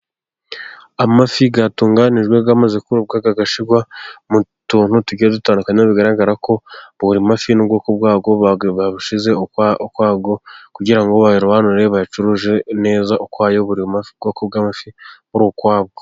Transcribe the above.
Amafi yatunganijwe amaze kumuka, agashyirwa mu tuntu tugiye dutandukanye. Bigaragara ko buri mafi n'ubwoko bwayo babushyize ukwabwo, kugira ngo bayarobanure bayacuruze neza ukwayo, buri bwoko bw'amafi buri ukwabwo.